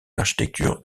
architecture